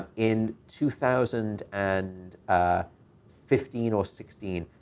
in two thousand and ah fifteen ah sixteen,